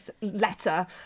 letter